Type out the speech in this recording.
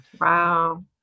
Wow